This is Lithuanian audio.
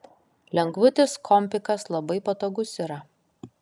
lengvutis kompikas labai patogus yra